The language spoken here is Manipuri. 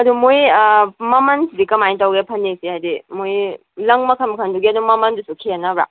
ꯑꯗꯨꯝ ꯃꯣꯏ ꯃꯃꯜꯁꯤꯗꯤ ꯀꯃꯥꯏꯅ ꯇꯧꯒꯦ ꯐꯅꯦꯛꯁꯦ ꯍꯥꯏꯗꯤ ꯃꯣꯏ ꯂꯪ ꯃꯈꯜ ꯃꯈꯜꯗꯨꯒꯤ ꯑꯗꯨꯝ ꯃꯃꯜꯗꯨꯁꯨ ꯈꯦꯠꯅꯕ꯭ꯔꯥ